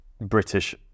British